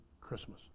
Christmas